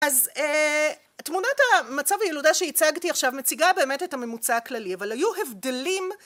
אז תמונת ה..מצב הילודה שהצגתי עכשיו מציגה באמת את הממוצע הכללי, אבל היו הבדלים